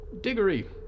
Diggory